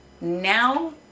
Now